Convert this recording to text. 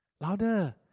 Louder